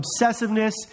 obsessiveness